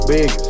Big